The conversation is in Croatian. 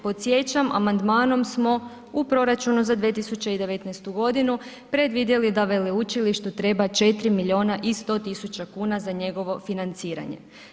Podsjećam, amandmanom smo u proračunu za 2019. g. predvidjeli da veleučilištu treba 4 milijuna i 100 000 kuna za njegovo financiranja.